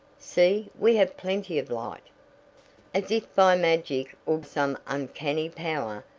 see, we have plenty of light as if by magic, or some uncanny power,